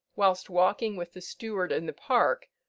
whilst walking with the steward in the park,